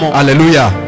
Hallelujah